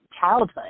childhood